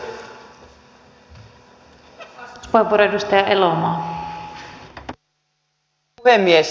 arvoisa puhemies